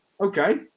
okay